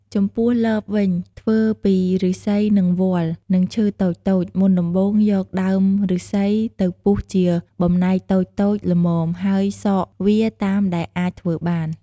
ចំំពោះលបវិញធ្វើពីឫស្សីនិងវល្លិ៍និងឈើតូចៗមុនដំបូងយកដើមឬស្សីទៅពុះជាបំណែកតូចៗល្នមហើយសកវាតាមដែលអាចធ្វើបាន។